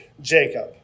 Jacob